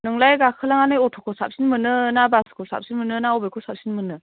नोंलाय गाखोलांनानै अट'खौ साबसिन मोनो ना बासखौ साबसिन मोनो ना बबेखौ साबसिन मोनो